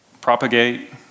propagate